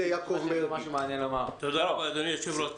תודה רבה, אדוני היושב-ראש.